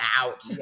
out